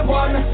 one